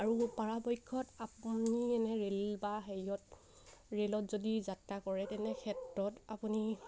আৰু পৰাপক্ষত আপুনি এনে ৰেল বা হেৰিয়ত ৰে'লত যদি যাত্ৰা কৰে তেনে ক্ষেত্ৰত আপুনি